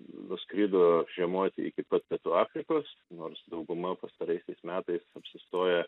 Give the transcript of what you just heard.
nuskrido žiemoti iki pat pietų afrikos nors dauguma pastaraisiais metais apsistoja